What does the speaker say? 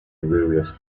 various